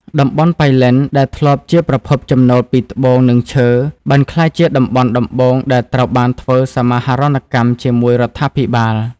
តំបន់ប៉ៃលិនដែលធ្លាប់ជាប្រភពចំណូលពីត្បូង និងឈើ បានក្លាយជាតំបន់ដំបូងដែលត្រូវបានធ្វើសមាហរណកម្មជាមួយរដ្ឋាភិបាល។